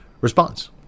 response